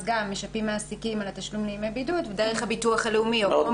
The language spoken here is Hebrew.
משפים מעסיקים על תשלום ימי הבידוד דרך הביטוח הלאומי.